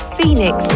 Phoenix